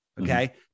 Okay